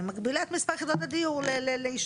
היא מגבילה את מספר יחידות הדיור ליישוב.